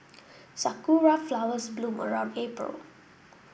sakura flowers bloom around April